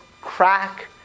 crack